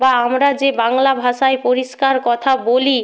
বা আমরা যে বাংলা ভাষায় পরিষ্কার কথা বলি